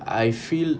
I feel